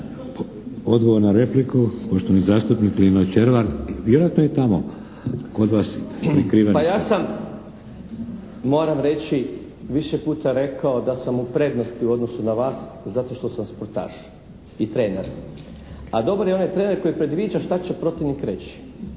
Odgovor na repliku, poštovani zastupnik Lino Červar. **Červar, Lino (HDZ)** Pa ja sam, moram reći, više puta rekao da sam u prednosti u odnosu na vas zato što sam sportaš i trener. A dobar je onaj trener koji predviđa šta će protivnik reći,